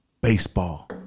baseball